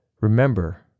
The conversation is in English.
Remember